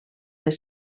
les